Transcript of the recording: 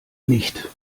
nicht